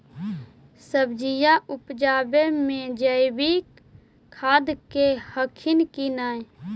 सब्जिया उपजाबे मे जैवीक खाद दे हखिन की नैय?